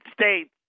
States